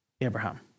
Abraham